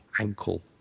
ankle